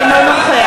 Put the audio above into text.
אינו נוכח